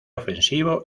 ofensivo